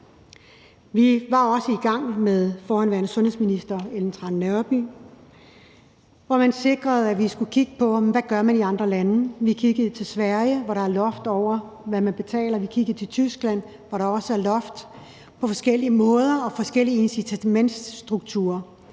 Vi var også i gang med forhenværende sundhedsminister Ellen Trane Nørby, hvor man sikrede, at vi skulle kigge på, hvad man gør i andre lande. Vi kiggede til Sverige, hvor der er loft over, hvad man betaler; vi kiggede til Tyskland, hvor der også er loft på forskellige måder, og hvor der er forskellige incitamentsstrukturer.